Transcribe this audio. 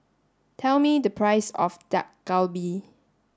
tell me the price of Dak Galbi